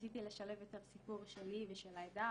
ניסיתי לשלב יותר סיפור שלי ושל העדה